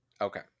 okay